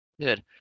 Good